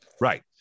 Right